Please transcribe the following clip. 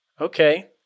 okay